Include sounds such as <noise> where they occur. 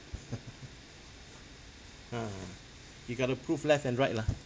<laughs> ah you've got to prove left and right lah